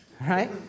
right